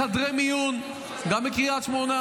בחדרי מיון גם בקריית שמונה,